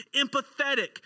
empathetic